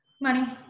Money